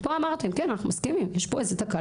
פה אמרתם, כן, אנחנו מסכימים, יש פה תקלה.